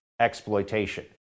exploitation